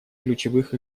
ключевых